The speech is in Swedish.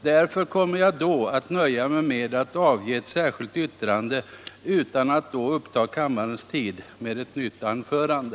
Därför kommer jag då att nöja mig med att avge ett särskilt yttrande utan att uppta kammarens tid med ett nytt anförande.